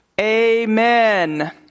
amen